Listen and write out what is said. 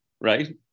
right